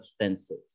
offensive